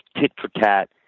tit-for-tat